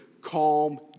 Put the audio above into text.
Calm